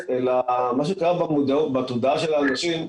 שמה שקרה בתודעה של האנשים,